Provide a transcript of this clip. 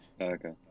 Okay